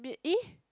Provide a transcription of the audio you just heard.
E